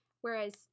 Whereas